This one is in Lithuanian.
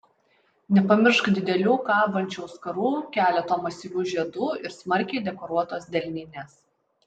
nepamiršk didelių kabančių auskarų keleto masyvių žiedų ir smarkiai dekoruotos delninės